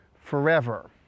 forever